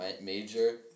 major